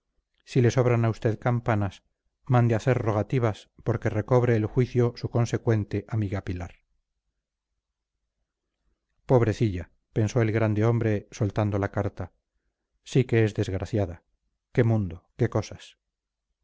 si le sobran a usted campanas mande hacer rogativas porque recobre el juicio su consecuente amiga pilar pobrecilla pensó el grande hombre soltando la carta sí que es desgraciada qué mundo qué cosas